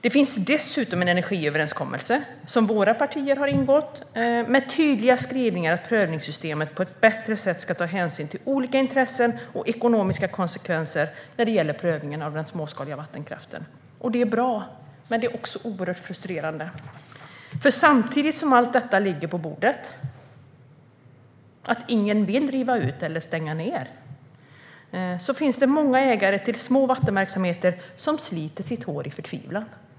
Det finns dessutom en energiöverenskommelse som våra partier har ingått med tydliga skrivningar om att prövningssystemet på ett bättre sätt ska ta hänsyn till olika intressen och ekonomiska konsekvenser när det gäller prövning av småskalig vattenkraft. Det är bra, men det är också oerhört frustrerande. Samtidigt som allt detta ligger på bordet - att ingen vill riva ut eller stänga ned - finns det många ägare till små vattenverksamheter som sliter sitt hår i förtvivlan.